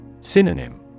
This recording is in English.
Synonym